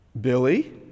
Billy